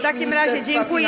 W takim razie dziękuję.